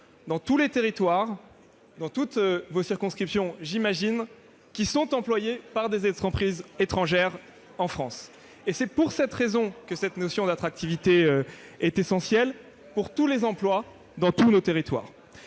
dans tous les territoires, dans toutes vos circonscriptions j'imagine, qui sont employés par des entreprises étrangères. C'est pour cette raison que cette notion d'attractivité est essentielle pour tous les emplois, dans tous nos territoires.